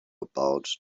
about